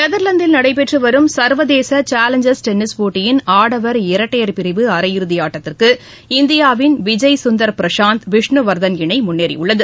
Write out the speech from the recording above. நெதர்லாந்தில் நடைபெற்று வரும் சர்வதேச சாலஞ்சர்ஸ் டென்னிஸ் போட்டியின் ஆடவர் இரட்டையர் பிரிவு அரையிறுதி ஆட்டத்துக்கு இந்தியாவின் விஜய் சுந்தர் பிரஷாந்த் விஷ்ணுவர்தன் இணை முன்னேறியுள்ளது